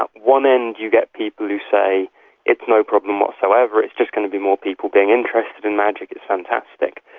at one end you get people who say it's no problem whatsoever, it's just going to be more people being interested in magic, it's fantastic.